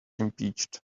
impeached